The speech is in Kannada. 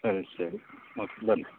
ಸರಿ ಸರಿ ಓಕೆ ಬನ್ನಿ